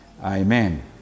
Amen